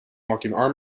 arm